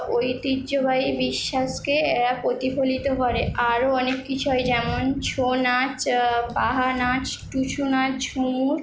ঐতিহ্যবাহী বিশ্বাসকে এরা প্রতিফলিত করে আরও অনেক কিছু হয় যেমন ছৌ নাচ বাহা নাচ টুসু নাচ ঝুমুর